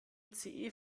ice